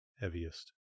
heaviest